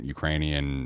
Ukrainian